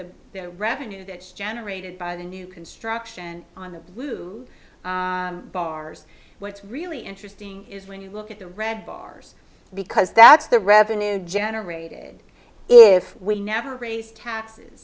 the their revenue that's generated by the new construction on the blue bars what's really interesting is when you look at the red bars because that's the revenue generated if we never raise taxes